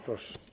Proszę.